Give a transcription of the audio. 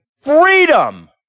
Freedom